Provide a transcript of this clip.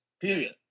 Period